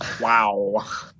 Wow